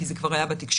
כי זה כבר היה בתקשורת,